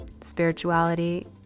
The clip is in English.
spirituality